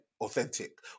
authentic